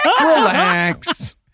Relax